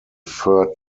fur